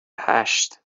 هشت